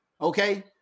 okay